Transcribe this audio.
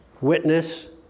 Witness